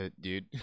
dude